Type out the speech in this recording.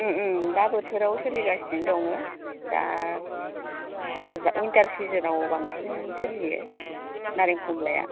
ओम ओम दा बोथोराव सोलिगासिनो दङ दा उइनटार सिजेनाव बांसिन सोलियो नारें खमलाया